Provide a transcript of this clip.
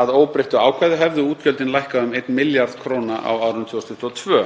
Að óbreyttu ákvæði hefðu útgjöldin lækkað um 1 milljarð kr. á árinu 2022.